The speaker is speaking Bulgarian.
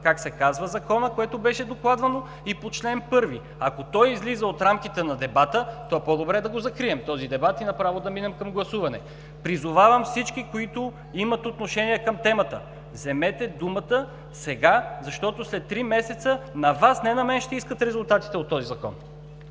на Закона, което беше докладвано, и по чл. 1 Ако то излиза от рамките на дебата, то по-добре да го закрием този дебат и направо да минем към гласуване. Призовавам всички, които имат отношение към темата– вземете думата сега, защото след три месеца на Вас, не на мен, ще искат резултатите от този Закон.